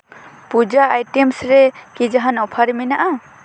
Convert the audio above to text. ᱯᱩᱡᱟ items ᱨᱮ ᱠᱤ ᱡᱟᱦᱟᱱ ᱚᱯᱷᱟᱨ ᱢᱮᱱᱟᱜᱼᱟ